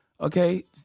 Okay